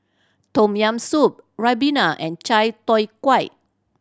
Tom Yam Soup ribena and chai tow kway